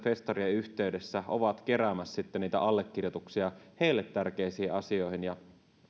festarien yhteydessä ovat keräämässä sitten niitä allekirjoituksia heille tärkeisiin asioihin ja